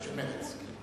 של מרצ.